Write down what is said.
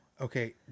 Okay